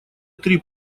три